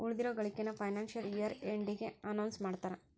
ಉಳಿದಿರೋ ಗಳಿಕೆನ financial year ಎಂಡಿಗೆ ಅನೌನ್ಸ್ ಮಾಡ್ತಾರಾ